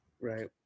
Right